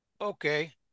Okay